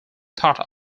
thought